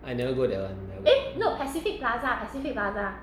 I never go that one